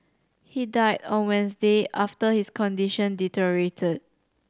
he died on Wednesday after his condition deteriorated